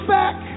back